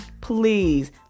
please